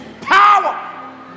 power